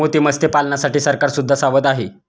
मोती मत्स्यपालनासाठी सरकार सुद्धा सावध आहे